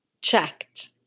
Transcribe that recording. checked